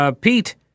Pete